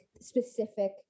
specific